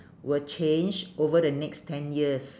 will change over the next ten years